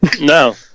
no